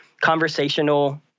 conversational